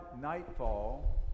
nightfall